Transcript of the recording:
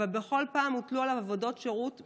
ובכל פעם הוטלו עליו עבודות שירות בלבד,